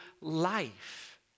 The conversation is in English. life